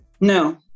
No